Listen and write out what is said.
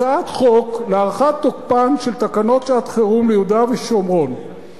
הצעת חוק להארכת תוקפן של תקנות שעת-חירום ליהודה ושומרון,